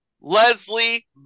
Leslie